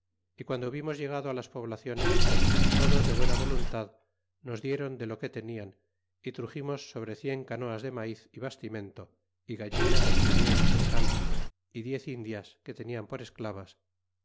y guando hubimos llegado a las poblaciones todos de buena voluntad nos dieron de lo que tenian y truxirnos sobre cien canoas de mau é bastimento y gallinas y miel y sal y diez indias que tenian por esclavas